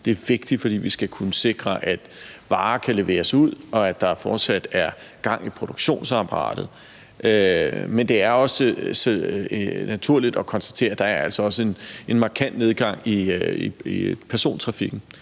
Det er vigtigt, for vi skal kunne sikre, at varer kan leveres ud, og at der fortsat er gang i produktionsapparatet. Men det er også naturligt at konstatere, at der altså er en markant nedgang i persontrafikken